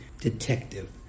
Detective